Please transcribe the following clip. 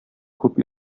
күп